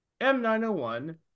m901